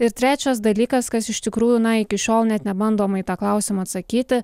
ir trečias dalykas kas iš tikrųjų na iki šiol net nebandoma į tą klausimą atsakyti